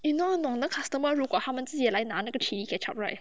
eh you know know 那 customer 如果他们自己来拿那个 chilli ketchup right